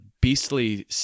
beastly